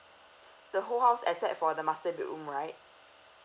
the whole house except for the master bedroom right